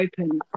open